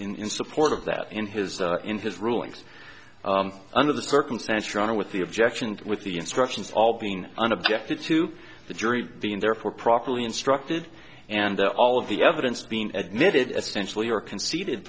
s in support of that in his in his rulings under the circumstances around him with the objections with the instructions all being unobjective to the jury being there for properly instructed and all of the evidence being admitted essentially or conceded